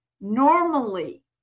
Normally